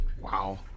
Wow